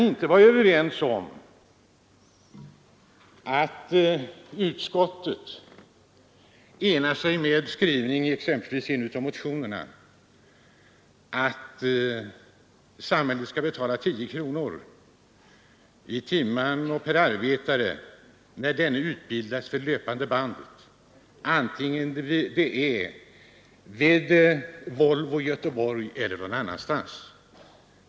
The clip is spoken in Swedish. Vi är inte överens om utskottets instämmande i skrivningen i en av motionerna, att samhället skall betala 10 kronor per timme och arbetare när denne utbildas för löpande bandet, vare sig det är vid Volvo i Göteborg eller någon annanstans.